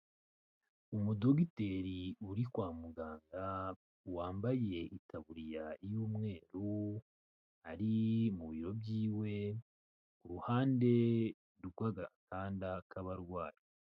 Umudogiteri uri kwa muganga wambaye itaburiya y'umweru, ari mu biro byiwe ku ruhande rw'agatanda k'abarwayi.